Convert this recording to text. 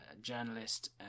journalist